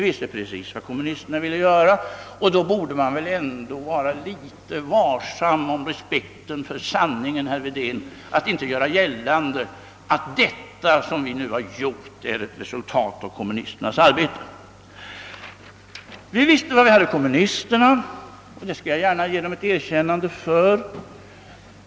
Med hänsyn härtill borde man på herr Wedéns håll ha visat något större respekt för sanningen och inte göra gällande, att det som vi nu gjort är ett resultat av kommunisternas arbete. Vi visste således var vi hade kommunisterna, och det skall jag gärna ge dem ett erkännande för.